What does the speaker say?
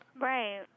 Right